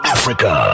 Africa